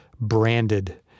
branded